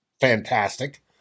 fantastic